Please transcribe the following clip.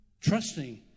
trusting